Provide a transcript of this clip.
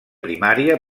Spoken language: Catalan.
primària